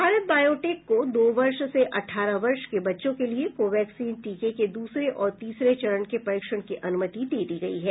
Bharat Biotech को दो वर्ष से अठारह वर्ष के बच्चों के लिए कोवैक्सीन टीके के द्रसरे और तीसरे चरण के परीक्षण की अनुमति दे दी गयी है